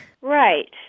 Right